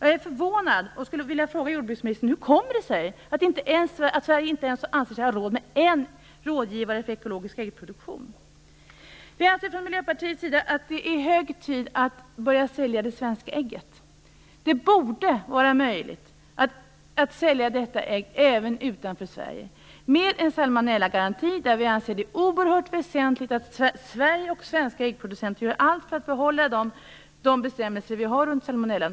Jag är förvånad och skulle vilja fråga jordbruksministern hur det kommer sig att Sverige inte anser sig har råd med ens en enda rådgivare för ekologisk äggproduktion. Vi anser från Miljöpartiets sida att det är hög tid att börja sälja det svenska ägget. Det borde vara möjligt att sälja detta ägg även utanför Sverige, med en salmonellagaranti. Vi anser det vara oerhört väsentligt att Sverige och svenska äggproducenter gör allt för att upprätthålla de bestämmelser som vi har om salmonella.